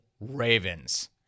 Ravens